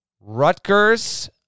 Rutgers